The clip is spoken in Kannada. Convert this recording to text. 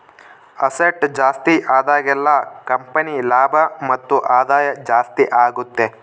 ಅಸೆಟ್ ಜಾಸ್ತಿ ಆದಾಗೆಲ್ಲ ಕಂಪನಿ ಲಾಭ ಮತ್ತು ಆದಾಯ ಜಾಸ್ತಿ ಆಗುತ್ತೆ